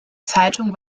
zeitung